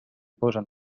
posen